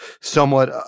somewhat